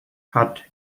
hat